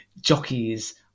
jockeys